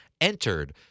entered